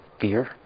fear